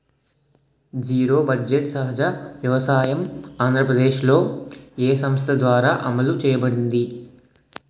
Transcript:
Zero budget సహజ వ్యవసాయం ఆంధ్రప్రదేశ్లో, ఏ సంస్థ ద్వారా అమలు చేయబడింది?